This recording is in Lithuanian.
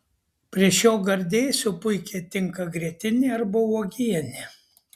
prie šio gardėsio puikiai tinka grietinė arba uogienė